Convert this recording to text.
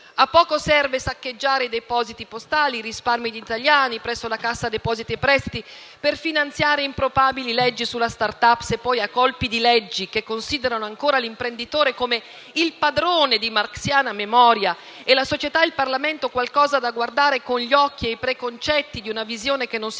A poco serve saccheggiare i depositi postali, i risparmi degli italiani presso la Cassa depositi e prestiti per finanziare improbabili leggi sulle *start up*, se poi a colpi di leggi che considerano ancora l'imprenditore come il padrone di marxiana memoria e la società e il Parlamento qualcosa da guardare con gli occhi e i preconcetti di una visione che non si